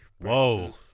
Whoa